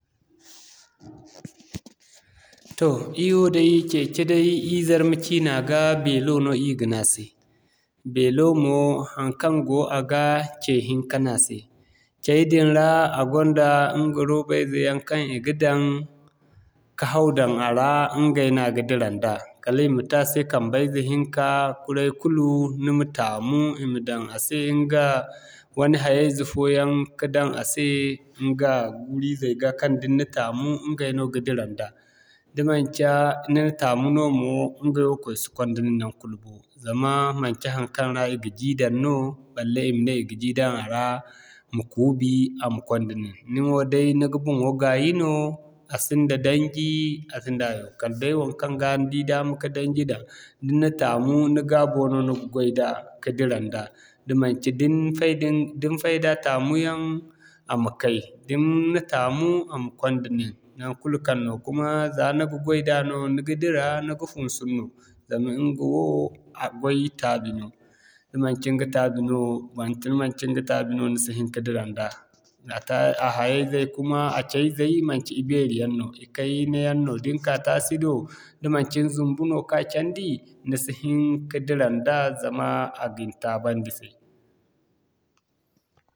Toh ir wo day, cece day ir Zarma ciina ga, beelo no ir ga ne a se. Beelo mo haŋkaŋ go a ga cee hiŋka no a se. Cay din ra, a gonda ɲga rooba ize yaŋ kaŋ i ga daŋ, ka haw daŋ a ra ɲgay no a ga dira nda kala i ma te a se kambe ize hinka kuray kulu ni ma taamu i ma daŋ a se ɲga wani hayo ize fooyaŋ, ka daŋ a se ɲgay guuri-zey ga kaŋ da ni na taamu ɲgay no ga dira nda. Da manci ni na taamu no mo bo, ɲgway woo kay si kwanda nin naŋgu kulu bo zama manci haŋkaŋ ra i ga jii daŋ no bo balle i ma ne i ga jii daŋ a ra a ma kuubi, a ma konda nin ni mo day ni ga boŋo gaayi no, a sinda daŋji a sinda hayo kala day waŋkaŋ ga ni di daama ka daŋji daŋ da ni na taamu, ni gaabo no ni ga goy da ka dira nda da manci da ni fayda ni da ni fayda taamu yaŋ, a ma kay da ni na taamu a ma konda nin naŋkul kaŋ no kuma za ni ga goy da no ni ga dira, ni ga funsu no. Zama ɲgawo, a goy taabi no da manci ni ga taabi no, manci da manci ni ga taabi no ni si hin ka dira nda. a hayay zay kuma, a cayzai manci i beeri yaŋ no cee ikayna yaŋ no da ni ka taasi do da manci ni zumbu no ka candi, ni si hin ka dira nda zama a ga ni taa-bandi se.